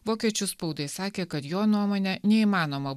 vokiečių spaudai sakė kad jo nuomone neįmanoma